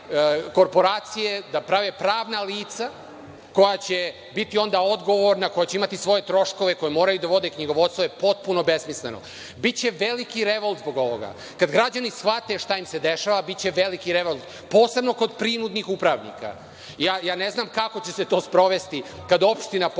da prave pravna lica koja će biti onda odgovorna, koja će imati svoje troškove, koje moraju da vode knjigovodstvo je potpuno besmisleno. Biće veliki revolt zbog ovoga. Kad građani shvate šta im se dešava biće veliki revolt, posebno kod prinudnih upravnika. Ja ne znam kako će se to sprovesti, kad opština pošalje